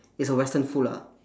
it's a western food lah